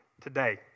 today